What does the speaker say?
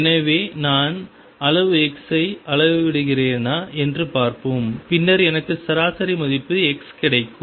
எனவே நான் அளவு x ஐ அளவிடுகிறேனா என்று பார்ப்போம் பின்னர் எனக்கு சராசரி மதிப்பு x கிடைக்கும்